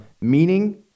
Meaning